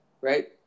right